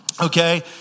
Okay